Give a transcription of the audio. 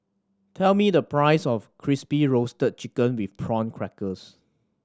tell me the price of Crispy Roasted Chicken with Prawn Crackers